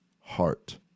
heart